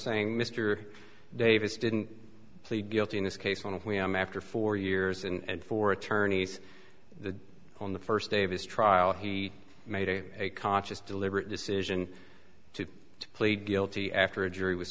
saying mr davis didn't plead guilty in this case one of them after four years and four attorneys the on the first day of his trial he made a conscious deliberate decision to plead guilty after a jury was